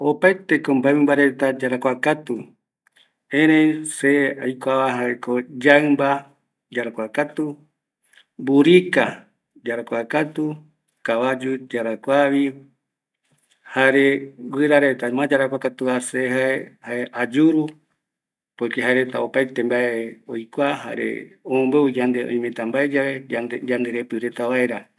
Opaeteko mɨmba reta yarakuakatu, erei se aikuava jaeko, yaɨmba yarakuakatu, mburika yarakuakatu, kavayu yarakuavi, jare guira reta yarakuakatuva jae ayuru, jaereta opaete mbae oikua, jare omombeu yande oimeta mbae yave, yande repi reta vaera